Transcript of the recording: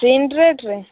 print ରେଟ୍ରେ